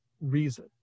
reason